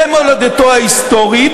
במולדתו ההיסטורית,